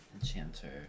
enchanter